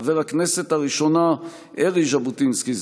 חבר הכנסת הראשונה ערי ז'בוטינסקי,